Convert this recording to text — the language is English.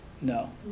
No